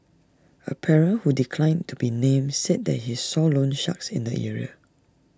A parent who declined to be named said that he saw loansharks in the area